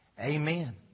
Amen